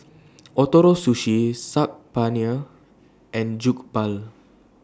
Ootoro Sushi Saag Paneer and Jokbal